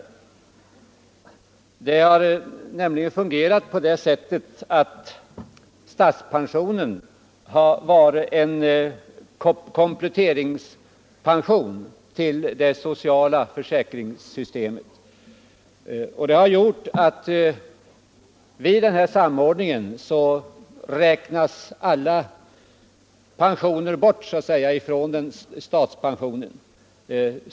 Systemet har nämligen fungerat på det sättet att statspensionen har varit en kompletteringspension till det sociala försäkringssystemet. Vid samordningen räknas alla pensioner bort från statspensionen.